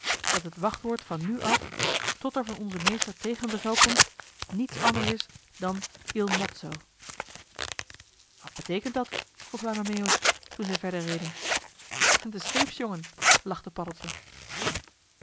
dat het wachtwoord van nu af tot er van onzen meester tegenbevel komt niets anders is dan il mozzo wat beteekent dat vroeg lange meeuwis toen zij verder reden de scheepsjongen lachte paddeltje